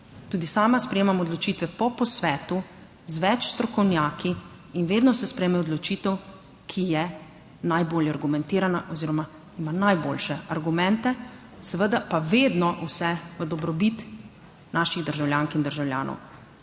tudi sama sprejemam odločitve po posvetu z več strokovnjaki in vedno se sprejme odločitev, ki je najbolj argumentirana oziroma ima najboljše argumente, seveda pa vedno vse v dobrobit naših državljank in državljanov.